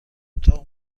اتاق